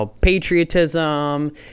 patriotism